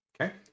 Okay